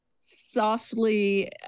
softly